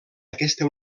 aquesta